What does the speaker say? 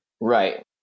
Right